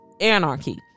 anarchy